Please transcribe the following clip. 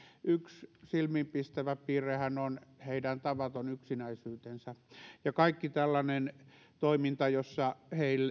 yksi silmäänpistävä piirrehän on heidän tavaton yksinäisyytensä sen perusteella kaikki tällainen toiminta jossa